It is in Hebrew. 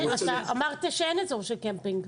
אמרת שאין אזור של קמפינג?